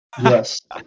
Yes